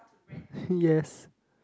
yes